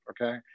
okay